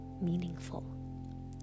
meaningful